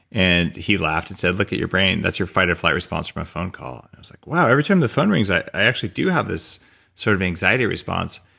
and he laughed and said, look at your brain. that's your fight or flight response to my phone call. and i was like, wow, every time the phone rings, i actually do have this sort of anxiety response.